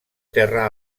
terra